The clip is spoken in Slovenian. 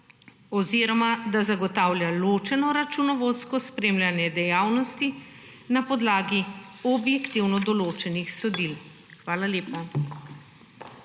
oziroma da zagotavlja ločeno računovodsko spremljanje dejavnosti na podlagi objektivno določenih sodil. Hvala lepa.